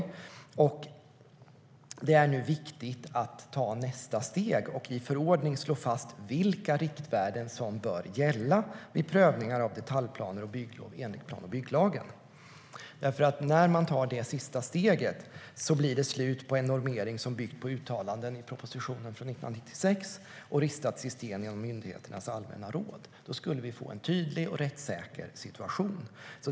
Det är nu viktigt att ta nästa steg och i förordning slå fast vilka riktvärden som bör gälla vid prövningar av detaljplaner och bygglov enligt plan och bygglagen. När man tar det sista steget blir det nämligen slut på en normering som byggt på uttalanden i propositionen från 1996 och ristats i sten genom myndigheternas allmänna råd. Då skulle vi få en tydlig och rättssäker situation.